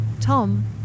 Tom